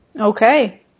Okay